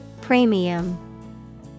Premium